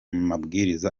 mabwiriza